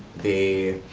they